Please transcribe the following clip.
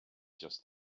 just